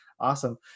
Awesome